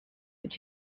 that